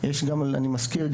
אני מזכיר,